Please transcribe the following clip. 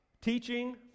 teaching